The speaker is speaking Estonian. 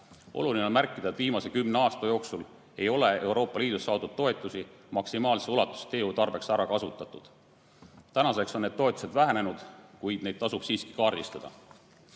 Oluline on märkida, et viimase kümne aasta jooksul ei ole Euroopa Liidust saadud toetusi maksimaalses ulatuses teehoiu tarbeks ära kasutatud. Tänaseks on need toetused vähenenud, kuid neid tasub siiski kaardistada. Järgnevalt,